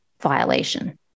violation